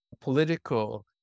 political